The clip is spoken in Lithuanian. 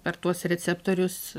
per tuos receptorius